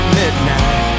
midnight